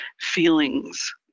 feelings